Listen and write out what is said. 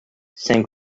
saint